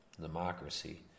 democracy